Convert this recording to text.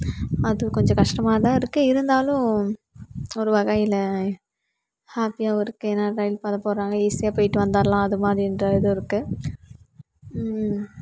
அதுவும் கொஞ்சம் கஷ்டமாகதான் இருக்கு இருந்தாலும் ஒரு வகையில ஹாப்பியாகவும் இருக்கு ஏன்னா ரயில் பாதை போடுறாங்க ஈஸியாக போய்விட்டு வந்துறலாம் அதுமாதிரின்ற இது இருக்கு